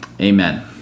Amen